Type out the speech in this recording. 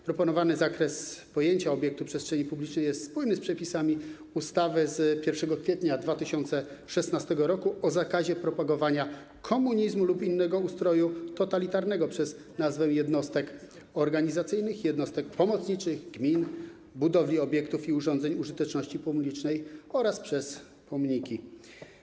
Proponowany zakres pojęcia obiektu przestrzeni publicznej jest spójny z przepisami ustawy z 1 kwietnia 2016 r. o zakazie propagowania komunizmu lub innego ustroju totalitarnego przez nazwy jednostek organizacyjnych, jednostek pomocniczych gmin, budowli, obiektów i urządzeń użyteczności publicznej oraz przez pomniki.